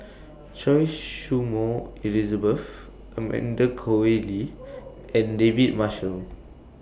Choy Su Moi Elizabeth Amanda Koe Lee and David Marshall